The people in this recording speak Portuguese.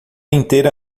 inteira